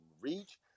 reach